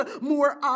more